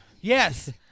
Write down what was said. Yes